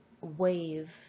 wave